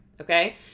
okay